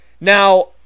Now